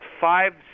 five